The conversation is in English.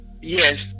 Yes